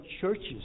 churches